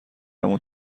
اون